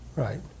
Right